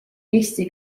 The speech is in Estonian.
eesti